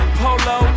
polo